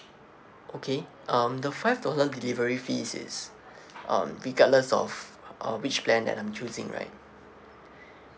okay um the five dollar delivery fees is um regardless of uh which plan that I'm choosing right